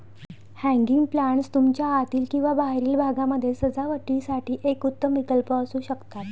hanging planters तुमच्या आतील किंवा बाहेरील भागामध्ये सजावटीसाठी एक उत्तम विकल्प असू शकतात